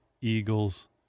Eagles